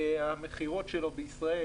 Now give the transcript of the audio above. המכירות שלו בישראל